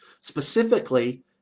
Specifically